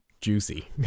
juicy